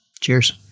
Cheers